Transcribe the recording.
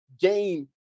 gain